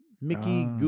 Mickey